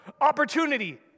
opportunity